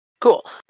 Cool